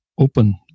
open